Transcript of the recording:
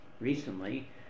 recently